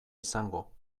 izango